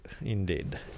Indeed